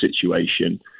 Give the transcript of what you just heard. situation